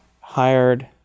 hired